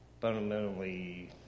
fundamentally